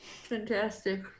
Fantastic